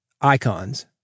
icons